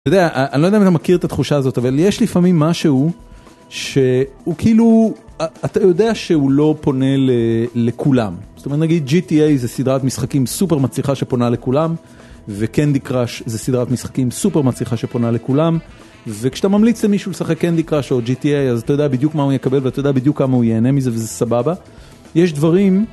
אני לא יודע אם אתה מכיר את התחושה הזאת אבל יש לפעמים משהו, שהוא כאילו אתה יודע שהוא לא פונה לכולם, זאת אומרת נגיד GTA זה סדרת משחקים סופר מצליחה שפונה לכולם, וCandy Crush זה סדרת משחקים סופר מצליחה שפונה לכולם, וכשאתה ממליץ למישהו לשחק Candy Crush או GTA אז אתה יודע בדיוק מה הוא יקבל ואתה יודע בדיוק כמה הוא יהנה מזה וזה סבבה, יש דברים.